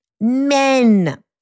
Men